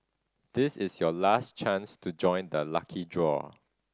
this is your last chance to join the lucky draw